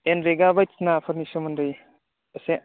एनरेगा बायदिसिनाफोरनि सोमोन्दै एसे